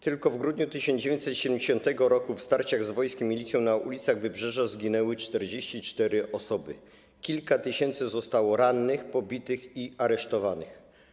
Tylko w grudniu 1970 r. w starciach z wojskiem i milicją na ulicach wybrzeża zginęły 44 osoby, kilka tysięcy zostało rannych, pobitych i aresztowanych.